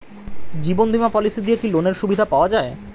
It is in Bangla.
জীবন বীমা পলিসি দিয়ে কি লোনের সুবিধা পাওয়া যায়?